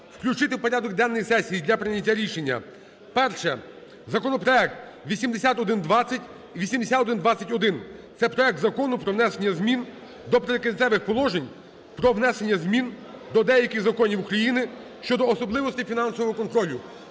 включити в порядок денний сесії для прийняття рішення, перше, законопроект 8120 і 8121. Це проект Закону про внесення змін до Прикінцевих положень Закону України про внесення змін до деяких законів України щодо особливостей фінансового контролю.